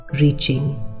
reaching